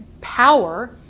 power